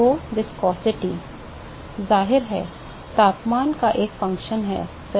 तो viscosity जाहिर है तापमान का एक कार्य है सही